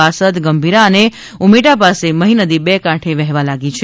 વાસદ ગંભીરા અને ઉમેટા પાસે મહી નદી બે કાંટે વહેવા લાગી છે